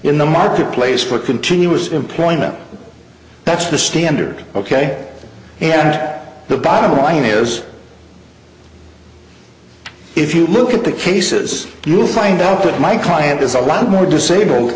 in the marketplace for continuous employment that's the standard ok and that the bottom line is if you look at the cases you'll find out that my client is a lot more disabled